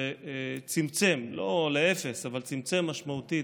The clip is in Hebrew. וצמצם, לא לאפס אבל צמצם משמעותית,